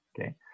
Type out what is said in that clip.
okay